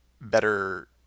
better